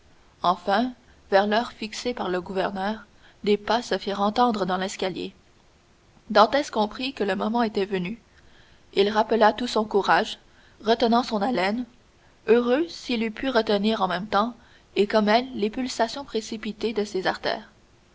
enfin vers l'heure fixée par le gouverneur des pas se firent entendre dans l'escalier edmond comprit que le moment était venu il rappela tout son courage retenant son haleine heureux s'il eût pu retenir en même temps et comme elle les pulsations précipitées de ses artères